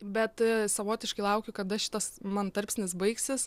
bet savotiškai laukiu kada šitas man tarpsnis baigsis